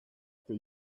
for